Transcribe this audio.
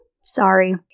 Sorry